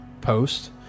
post